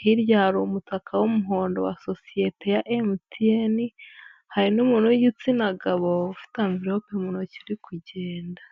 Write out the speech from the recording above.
hirya hari umutaka w'umuhondo wa sosiyete ya MTN, hari n'umuntu w'igitsina gabo ufite amvelope mu ntoki uri kugenda.